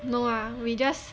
no ah we just